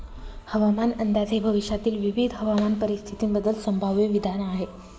हवामान अंदाज हे भविष्यातील विविध हवामान परिस्थितींबद्दल संभाव्य विधान आहे